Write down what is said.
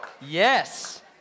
Yes